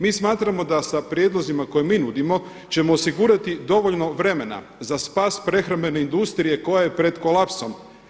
Mi smatramo da da prijedlozima koje mi nudimo ćemo osigurati dovoljno vremena za spas prehrambene industrije koja je pred kolapsom.